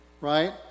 right